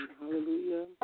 hallelujah